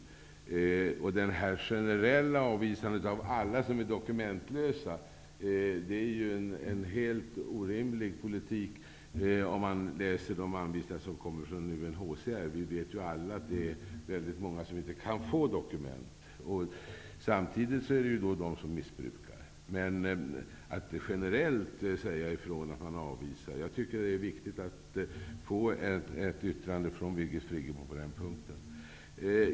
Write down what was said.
Ett generellt avvisande av alla som är doku mentlösa -- enligt anvisningarna från UNHCR -- är en helt orimlig politik. Vi vet ju alla att väldigt många inte kan få dokument. Samtidigt finns na turligtvis de som missbrukar detta. Jag tycker det är viktigt att få ett yttrande från Birgit Friggebo på den punkten.